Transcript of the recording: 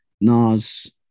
Nas